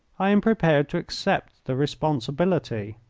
i am prepared to accept the responsibility.